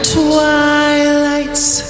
twilight's